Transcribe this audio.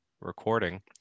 recording